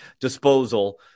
disposal